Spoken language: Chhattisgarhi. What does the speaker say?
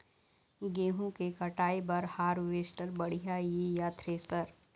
गेहूं के कटाई बर हारवेस्टर बढ़िया ये या थ्रेसर?